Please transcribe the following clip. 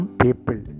people